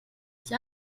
die